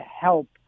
Help